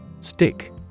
Stick